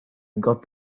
got